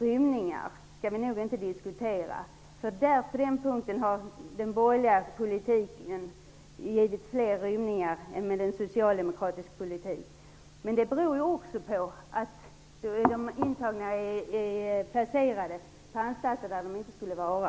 Rymningar skall vi nog inte diskutera, Göthe Knutson. Den borgerliga politiken har medfört fler rymningar än den socialdemokratiska. Men det beror också på att de intagna är placerade på anstalter där de inte borde vara.